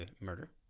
murder